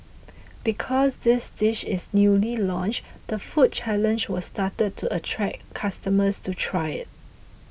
because this dish is newly launched the food challenge was started to attract customers to try it